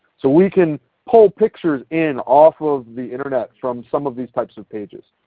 so we can pull pictures in off of the internet from some of these types of pages.